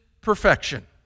perfection